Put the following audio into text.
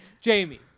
Jamie